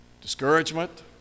discouragement